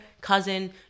cousin